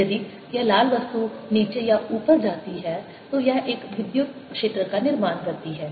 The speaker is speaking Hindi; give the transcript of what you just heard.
यदि यह लाल वस्तु नीचे या ऊपर जाती है तो यह एक विद्युत क्षेत्र का निर्माण करती है